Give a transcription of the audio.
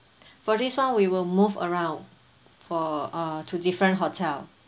for this [one] we will move around for uh to different hotel